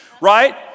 right